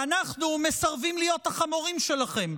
ואנחנו מסרבים להיות החמורים שלכם.